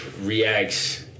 reacts